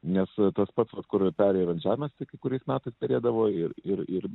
nes tas pats vat kur peri ir ant žemės tai kai kuriais metais perėdavo ir ir ir